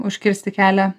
užkirsti kelią